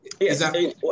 Yes